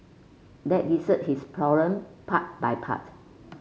let dessert his part by part